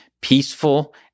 Peaceful